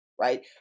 right